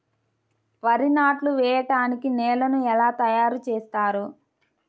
వరి నాట్లు వేయటానికి నేలను ఎలా తయారు చేస్తారు?